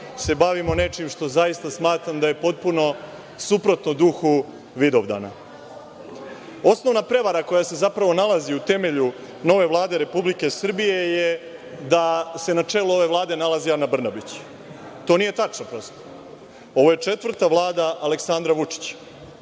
se bavimo nečim što zaista smatram da je potpuno suprotno duhu Vidovdana. Osnovna prevara koja se zapravo nalazi u temelju nove Vlade Republike Srbije je da se na čelo ove Vlade nalazi Ana Brnabić. To nije prosto tačno. Ovo je četvrta Vlada Aleksandra Vučića.